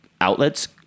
outlets